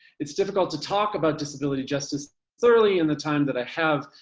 it's difficult to talk about disability justice thoroughly in the time that i have,